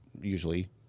usually